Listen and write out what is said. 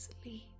Sleep